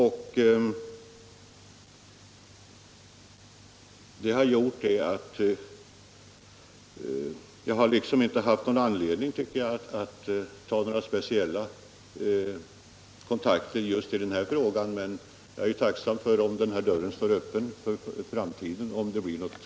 Jag har därför inte ansett mig tvungen att ta några kontakter i just den här frågan men jag är tacksam om Nr 26 denna dörr kan få stå öppen för framtiden. Måndagen den